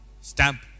Stamp